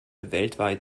weltweit